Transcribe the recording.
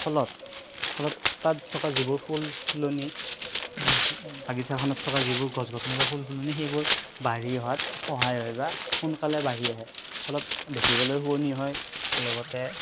ফলত ফলত তাত থকা যিবোৰ ফুল ফুলনি বাগিছাখনত থকা যিবোৰ গছ গছনি বা ফুল ফুলনি সেইবোৰ বাঢ়ি অহাত সহায় হয় বা সোনকালে বাঢ়ি আহে ফলত দেখিবলৈ শুৱনি হয় লগতে